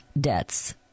debts